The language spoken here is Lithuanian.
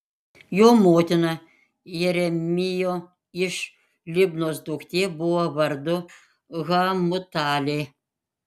jo motina jeremijo iš libnos duktė buvo vardu hamutalė